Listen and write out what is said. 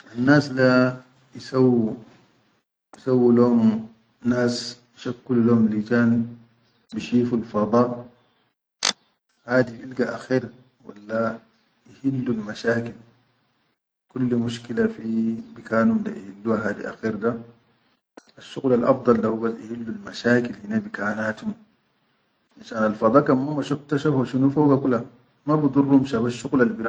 Annas le iswwu, issawwu lom naas, ishakkulu lom lijaan, bishiful hada hadi bilgi akher walla bihillul mashakil kullimushakil fi bikanum da ihilluwa hadi akher da asshuqulal afdal da hubas ihillil-mashakil hine bikannaatum, finshan alfada kan ma masha akta shafo-sshuqul alfiya kula ma bi durm shabasshqul.